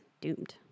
doomed